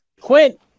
Quint